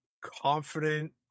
confident